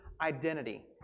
identity